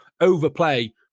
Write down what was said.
overplay